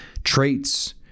Traits